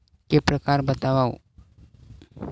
के प्रकार बतावव?